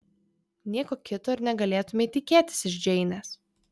nieko kito ir negalėtumei tikėtis iš džeinės